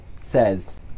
says